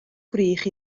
gwrych